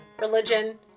religion